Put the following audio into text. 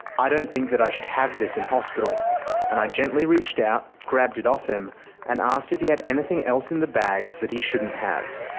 i don't think that i should have this in hospital and i gently reached out, grabbed it off him and asked if he had anything else in the bags that he shouldn't have.